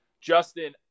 Justin